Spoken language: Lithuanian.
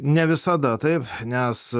ne visada taip nes